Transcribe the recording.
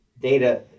data